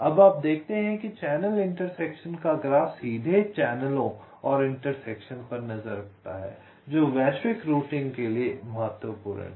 अब आप देखते हैं कि चैनल इंटरसेक्शन का ग्राफ सीधे चैनलों और इंटरसेक्शन पर नज़र रखता है जो वैश्विक रूटिंग के लिए महत्वपूर्ण है